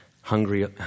Hungry